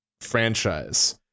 franchise